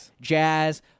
jazz